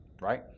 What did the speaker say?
right